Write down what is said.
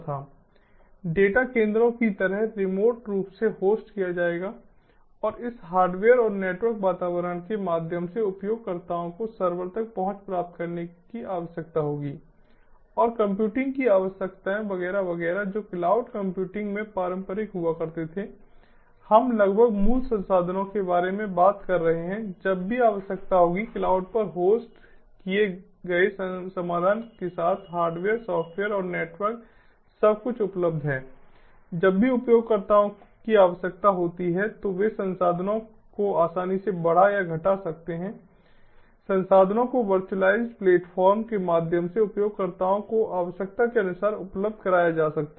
data केंद्रों की तरह रिमोट रूप से होस्ट किया जाएगा और इस हार्डवेयर और नेटवर्क वातावरण के माध्यम से उपयोगकर्ताओं को सर्वर तक पहुंच प्राप्त करने की आवश्यकता होगी और कंप्यूटिंग की आवश्यकताएं वगैरह वगैरह जो क्लाउड कंप्यूटिंग में पारंपरिक हुआ करते थे हम लगभग मूल संसाधनों के बारे में बात कर रहे हैं जब भी आवश्यकता होती है क्लाउड पर होस्ट किए गए समाधान के साथ हार्डवेयर सॉफ्टवेयर और नेटवर्क सब कुछ उपलब्ध हैं जब भी उपयोगकर्ताओं की आवश्यकताएं होती हैं तो वे संसाधनों को आसानी से बढ़ा या घटा सकते हैं संसाधनों को वर्चुअलाइज्ड प्लेटफॉर्म के माध्यम से उपयोगकर्ताओं को आवश्यकता के अनुसार उपलब्ध कराया जा सकता है